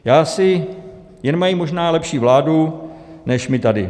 Já si... jen mají možná lepší vládu než my tady.